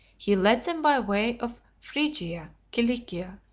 he led them by way of phrygia, cilicia,